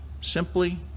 simply